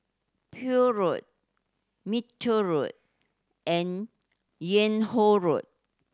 Poole Road Minto Road and Yung Ho Road